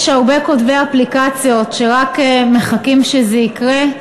יש הרבה כותבי אפליקציות שרק מחכים שזה יקרה,